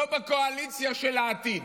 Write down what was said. לא בקואליציה של העתיד.